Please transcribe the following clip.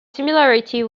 similarity